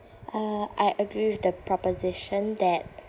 uh I agree with the proposition that